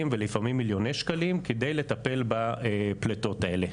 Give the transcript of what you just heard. ולפעמים מיליוני שקלים כדי לטפל בפלטות האלה.